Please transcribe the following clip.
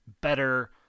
better